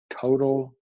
total